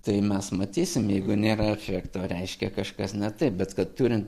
tai mes matysim jeigu nėra efekto reiškia kažkas ne taip bet kad turint